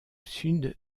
sud